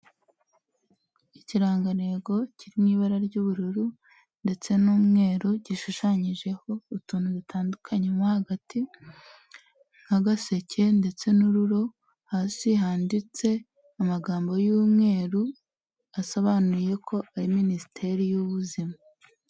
Ikirangantego kiri mu ibara ry'ubururu ndetse n'umweru gishushanyijeho utuntu dutandukanye nko hagati nka gaseke ndetse n'ururo hasi handitse amagambo y'umweru asobanuye ko ari minisiteri y'ubuzima.